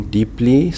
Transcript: Deeply